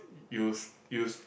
use use